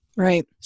Right